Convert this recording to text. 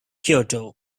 kyoto